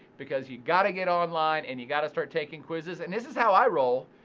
because you've gotta get online, and you've gotta start taking quizzes. and this is how i roll,